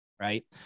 right